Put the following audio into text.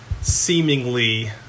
seemingly